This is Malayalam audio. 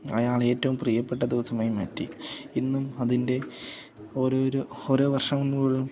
അയാളെ ഏറ്റവും പ്രിയപ്പെട്ട ദിവസമായി മാറ്റി ഇന്നും അതിൻ്റെ ഓരോരോ ഓരോ വർഷമാകുമ്പോഴും